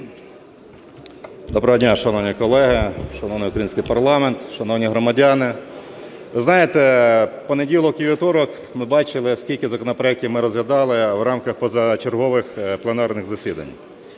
Доброго дня, шановні колеги, шановний український парламент, шановні громадяни! Ви знаєте, в понеділок і вівторок ми бачили, скільки законопроектів ми розглядали в рамках позачергових пленарних засідань.